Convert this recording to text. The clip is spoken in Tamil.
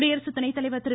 குடியரசு துணைத்தலைவர் திரு